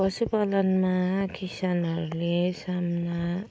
पशु पालनमा किसानहरूले सामना